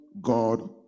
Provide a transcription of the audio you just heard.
God